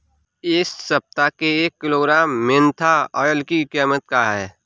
इस सप्ताह एक किलोग्राम मेन्था ऑइल की कीमत क्या है?